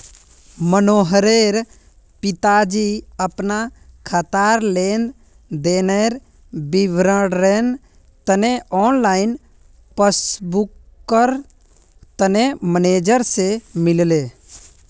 मनोहरेर पिताजी अपना खातार लेन देनेर विवरनेर तने ऑनलाइन पस्स्बूकर तने मेनेजर से मिलले